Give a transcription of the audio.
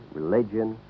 religion